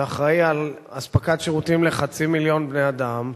שאחראי לאספקת שירותים לחצי מיליון בני-אדם,